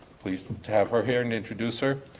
please to have her here and introduce her.